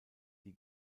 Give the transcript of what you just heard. die